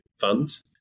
funds